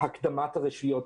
בהקדמת הרשויות.